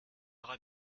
aura